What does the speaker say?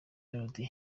melody